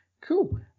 Cool